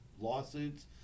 lawsuits